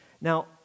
Now